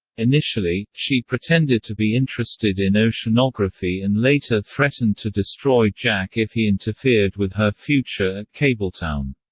initially, she pretended to be interested in oceanography and later threatened to destroy jack if he interfered with her future at kabletown.